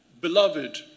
beloved